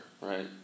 right